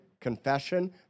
confession